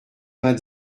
vingt